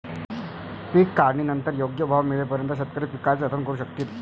पीक काढणीनंतर योग्य भाव मिळेपर्यंत शेतकरी पिकाचे जतन करू शकतील